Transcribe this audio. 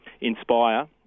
inspire